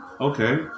Okay